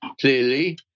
clearly